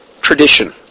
tradition